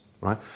right